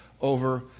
over